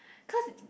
cause